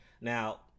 Now